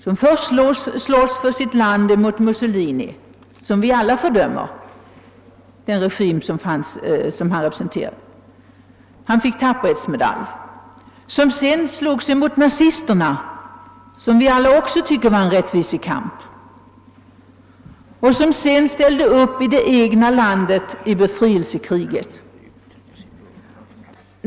Han har slagits för sitt land mot Mussolini — vars regim vi ju alla fördömer — och fick tapperhetsmedalj för det. Sedan slogs han mot nazisterna. Även det tycker vi alla är en rättvis kamp. Slutligen ställde han upp när det gällde det egna landets befrielsekrig.